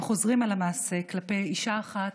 הם חוזרים על המעשה כלפי אישה אחת,